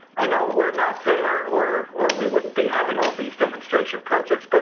i know we're not there or or we wouldn't be having all these demonstration projects, but